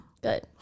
Good